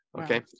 Okay